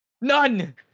None